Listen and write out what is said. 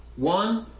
one,